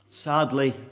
sadly